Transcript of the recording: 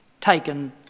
taken